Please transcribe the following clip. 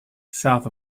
south